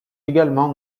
également